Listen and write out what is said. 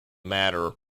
matter